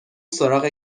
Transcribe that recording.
سراغ